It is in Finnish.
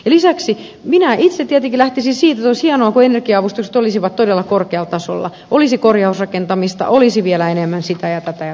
lisäksi minä itse tietenkin lähtisin siitä että olisi hienoa kun energia avustukset olisivat todella korkealla tasolla olisi korjausrakentamista olisi vielä enemmän sitä ja tätä ja tuota